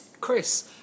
Chris